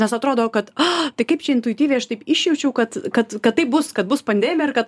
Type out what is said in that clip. nes atrodo kad a tai kaip čia intuityviai aš taip išjaučiau kad kad kad taip bus kad bus pandemija ir kad